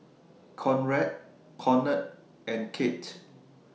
Conrad Conard and Kate